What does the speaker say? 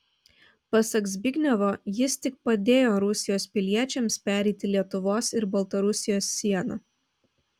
pasak zbignevo jis tik padėjo rusijos piliečiams pereiti lietuvos ir baltarusijos sieną